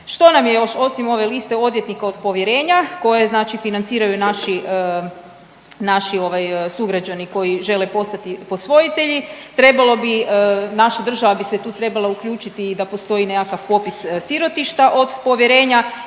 Što nam je još osim ove liste odvjetnika od povjerenja koje znači financiraju naši, naši ovaj sugrađani koji žele postati posvojitelji. Trebalo bi, naša država bi se tu trebala uključiti i da postoji nekakav popis sirotišta od povjerenja